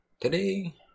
Today